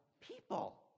People